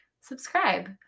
subscribe